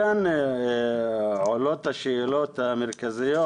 מכאן עולות השאלות המרכזיות